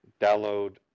download